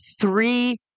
three